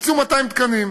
הוקצו 200 תקנים,